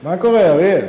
מה קורה, אריאל?